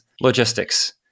logistics